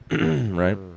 right